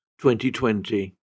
2020